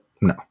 No